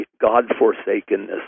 God-forsakenness